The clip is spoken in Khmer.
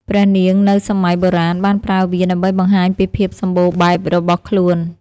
ព្រះនាងនៅសម័យបុរាណបានប្រើវាដើម្បីបង្ហាញពីភាពសម្បូរបែបរបស់ខ្លួន។